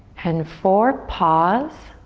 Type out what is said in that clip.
and four. pause.